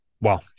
Wow